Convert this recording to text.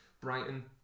Brighton